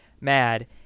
mad